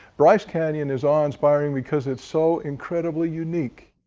bryce canyon is awe-inspiring because it's so incredibly unique.